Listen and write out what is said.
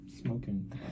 smoking